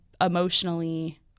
emotionally